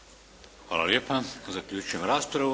Hvala lijepa. Zaključujem raspravu.